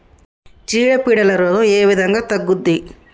చీడ పీడల రోగం ఏ విధంగా తగ్గుద్ది?